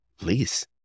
Please